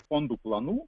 fondų planų